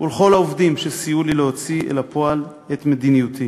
ולכל העובדים שסייעו לי להוציא אל הפועל את מדיניותי.